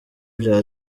bya